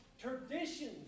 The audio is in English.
traditions